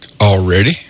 already